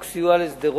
בחוק סיוע לשדרות